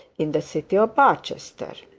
in the city of barchester.